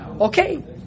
okay